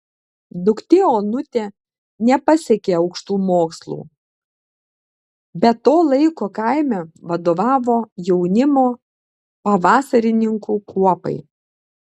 duktė onutė nepasiekė aukštų mokslų bet to laiko kaime vadovavo jaunimo pavasarininkų kuopai